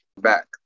back